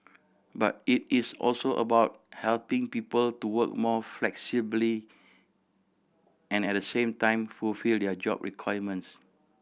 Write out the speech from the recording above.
but it is also about helping people to work more flexibly and at the same time fulfil their job requirements